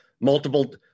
multiple